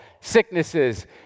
sicknesses